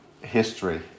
history